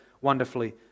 wonderfully